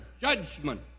judgment